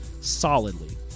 solidly